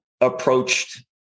approached